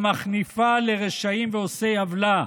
המחניפה לרשעים ועושי עוולה,